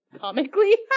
comically